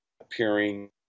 appearing